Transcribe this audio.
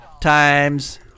times